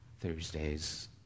Thursdays